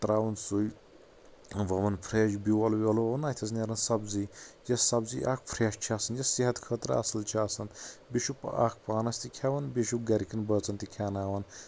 ترٛاون سُے وون فریش بیول ویول وون اتھٮ۪س نیران سبٕزی یۄس سبٕزی اکھ فریش چھِ آسان یۄس صحت خٲطرٕ اصل چھِ آسان بیٚیہِ چھُ اکھ پانس تہِ کھیٚوان بیٚیہِ چھُ گرِکین بٲژن تہِ کھیٚوناوان